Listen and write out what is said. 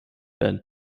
werden